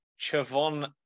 Chavon